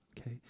okay